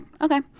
okay